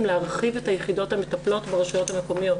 להרחיב את היחידות המטפלות ברשויות המקומיות.